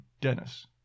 Dennis